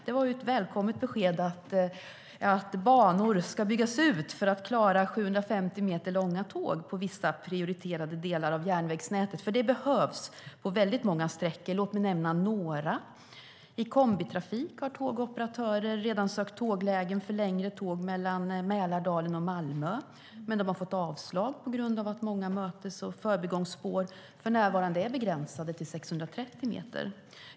Det var ett välkommet besked att banor ska byggas ut för att klara 750 meter långa tåg på vissa prioriterade delar av järnvägsnätet. Det behövs på många sträckor. Låt mig nämna några. I kombitrafik har tågoperatörer redan sökt tåglägen för längre tåg mellan Mälardalen och Malmö, men de har fått avslag på grund av att många mötes och förbigångsspår för närvarande är begränsade till 630 meter.